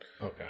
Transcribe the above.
Okay